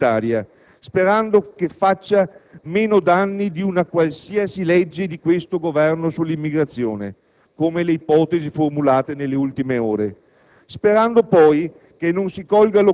Aspettiamo dunque la normativa comunitaria, sperando che faccia meno danni di una qualsiasi legge di questo Governo sull'immigrazione, come le ipotesi formulate nelle ultime ore.